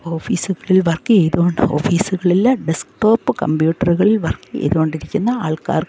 ഓഫീസ്കളിൽ work ചെയ്തുകൊണ്ട് ഓഫീസ്കളിലെ desktop കംപ്യൂട്ടറ്കളിൽ വർക്ക് ചെയ്തുകൊണ്ടിരിക്കുന്ന ആൾക്കാർക്ക്